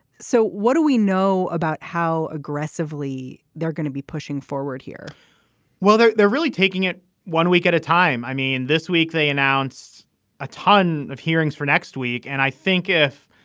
so what do we know about how aggressively they're going to be pushing forward here well they're they're really taking it one week at a time. i mean this week they announced a ton of hearings for next week. and i think if